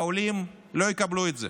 העולים לא יקבלו את זה.